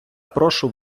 прошу